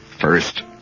First